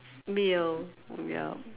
meal ya